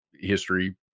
history